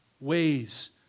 ways